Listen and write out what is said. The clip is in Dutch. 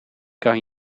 kan